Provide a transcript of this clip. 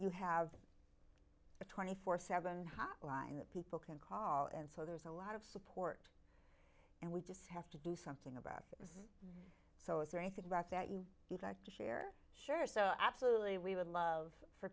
you have a twenty four seven hotline that people can call and so there's a lot of support and we just have to do something about this so is there anything that you you'd like to share sure so absolutely we would love for